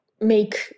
make